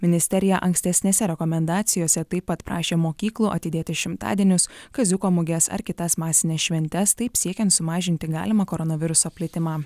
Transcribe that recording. ministerija ankstesnėse rekomendacijose taip pat prašė mokyklų atidėti šimtadienius kaziuko muges ar kitas masines šventes taip siekian sumažinti galimą koronaviruso plitimą